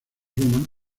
roma